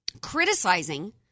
criticizing